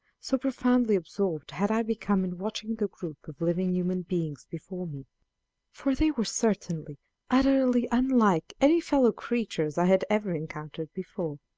so profoundly absorbed had i become in watching the group of living human beings before me for they were certainly utterly unlike any fellow-creatures i had ever encountered before.